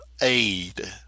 aid